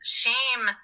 shame